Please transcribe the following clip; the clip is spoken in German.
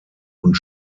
und